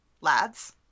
Lads